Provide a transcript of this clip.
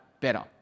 better